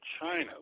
China